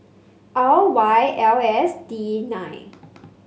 R Y L S D nine